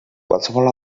qualsevol